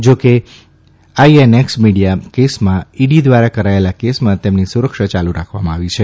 જા કે INX media કેસમાં ઇડી દ્વારા કરાયેલા કેસમાં તેમની સુરક્ષા ચાલુ રાખવામાં આવી છે